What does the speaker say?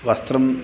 वस्त्रम्